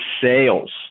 sales